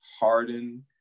Harden